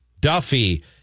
Duffy